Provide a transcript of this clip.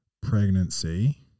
Pregnancy